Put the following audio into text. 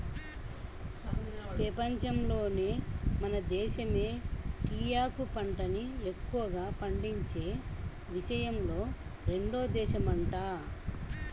పెపంచంలోనే మన దేశమే టీయాకు పంటని ఎక్కువగా పండించే విషయంలో రెండో దేశమంట